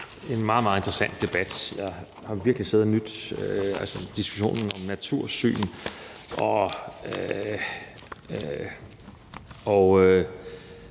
meget interessant debat. Jeg har virkelig siddet og nydt diskussionen om natursyn og de